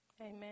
amen